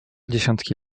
dziesiątki